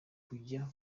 kujya